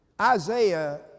Isaiah